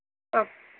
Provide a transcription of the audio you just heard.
ஆ